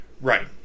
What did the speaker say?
Right